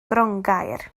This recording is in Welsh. grongaer